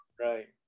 right